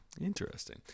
interesting